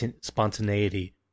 spontaneity